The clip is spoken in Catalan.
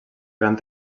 gran